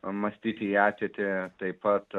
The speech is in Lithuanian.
mąstyti į ateitį taip pat